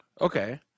Okay